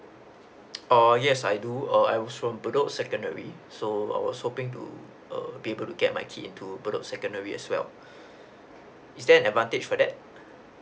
oh yes I do err I was from bedok secondary so I was hoping to err be able to get my kid into bedok secondary as well is there an advantage for that